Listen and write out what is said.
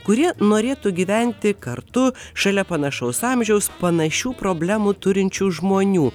kurie norėtų gyventi kartu šalia panašaus amžiaus panašių problemų turinčių žmonių